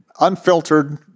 Unfiltered